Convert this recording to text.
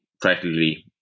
practically